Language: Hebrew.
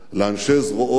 לאנשי זרועות המודיעין,